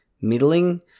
middling